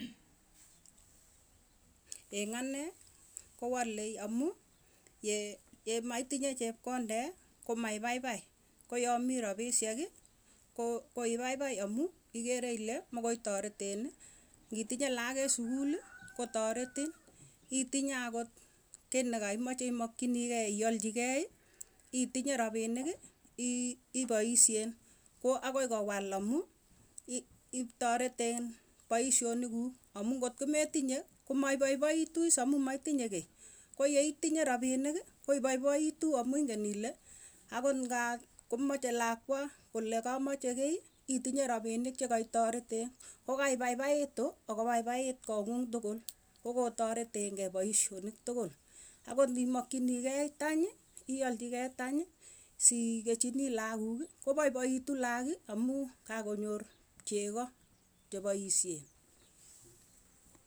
Eng anee kowalei amuu ye yemaitinye chepkondet komaibaibai koyamii rabishek ko koibaibai amuuikere ile mokoitareten ngitinye lakok eng sukul kotaretin itinye akot kinekeimache imakkyinigei ialchikei itinye rabiinik iiibaishen. Ko akoikowan amuu ngotkometinye komaibaibaiitu iis amu metinye kiy koyeitinye rabinik koibaibaitu amuu ingen ile akot ngaa komeche lakwa kole kameche kiy itinye rabinik chekaitareten, koo kaibaibaitu ako baibait kong'ung tukul kokotareten ngee baishonik tukul, agot ngimakchinikei tany siikechini lakuuk kobaibaitu laak amuu kakonyor chego chepaishen.